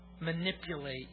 manipulate